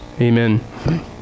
amen